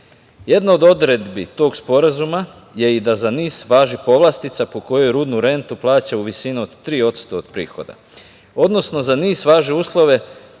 Jedan od odredbi tog sporazuma je i da i za NIS važi povlastica po kojoj rudnu rentu plaća u visini od 3% od prihoda, odnosno za NIS važe uslovi